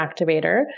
Activator